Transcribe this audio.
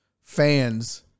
fans